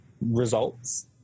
results